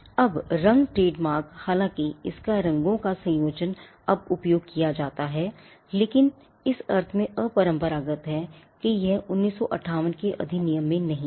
अब रंग ट्रेडमार्क हालांकि इसके रंगों का संयोजन अब उपयोग किया जाता है लेकिन इस अर्थ में अपरंपरागत है कि यह 1958 के अधिनियम में नहीं था